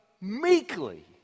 meekly